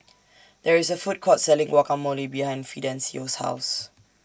There IS A Food Court Selling Guacamole behind Fidencio's House